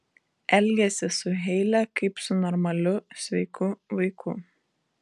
elgiasi su heile kaip su normaliu sveiku vaiku